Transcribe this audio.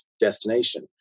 destination